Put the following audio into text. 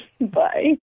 Bye